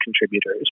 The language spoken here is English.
contributors